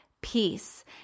peace